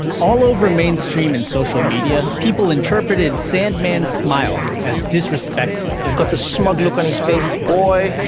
all over mainstream and social media people interpreted sandmann's smile as disrespectful. he's got this smug look on his face. boy,